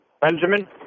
Benjamin